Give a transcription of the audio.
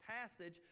passage